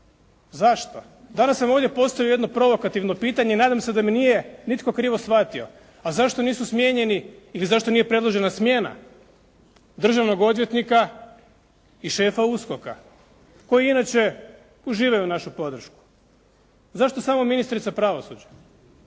Zašto? Danas sam ovdje postavio jedno provokativno pitanje i nadam se da me nije nitko krivo shvatio. A zašto nisu smijenjeni ili zašto nije predložena smjena državnog odvjetnika i šefa USKOK-a, koji inače uživaju našu podršku? Zašto samo ministrica pravosuđa?